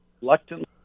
reluctantly